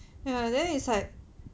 ya then it's like